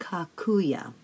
Kakuya